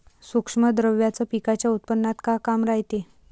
सूक्ष्म द्रव्याचं पिकाच्या उत्पन्नात का काम रायते?